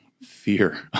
fear